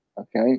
Okay